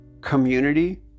community